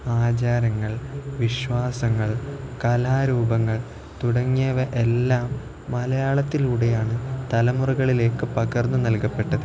ആചാരങ്ങൾ വിശ്വാസങ്ങൾ കലാരൂപങ്ങൾ തുടങ്ങിയവയെല്ലാം മലയാളത്തിലൂടെയാണ് തലമുറകളിലേക്ക് പകർന്ന് നൽകപ്പെട്ടത്